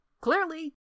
clearly